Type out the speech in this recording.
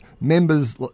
members